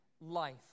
life